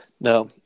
No